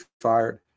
fired